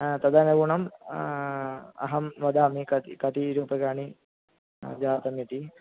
तदनुगुणम् अहं वदामि कति कति रूप्यकाणि जातमिति